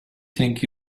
think